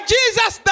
Jesus